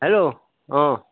hello অ